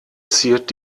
ziert